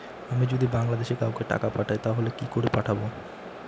আমি যদি বাংলাদেশে কাউকে টাকা পাঠাই তাহলে কি করে পাঠাবো?